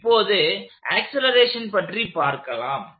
இப்போது ஆக்சலேரேஷன் பற்றி பார்க்கலாம்